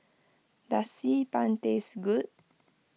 does Xi Ban taste good